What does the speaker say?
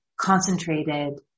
concentrated